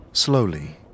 Slowly